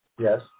Yes